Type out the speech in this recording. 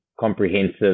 comprehensive